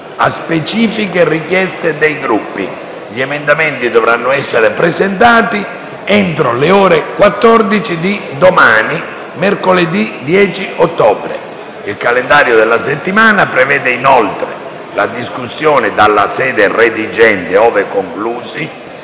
a specifiche richieste dei Gruppi. Gli emendamenti dovranno essere presentati entro le ore 14 di domani, mercoledì 10 ottobre. Il calendario della settimana prevede inoltre la discussione dalla sede redigente, ove conclusi